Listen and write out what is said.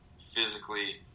physically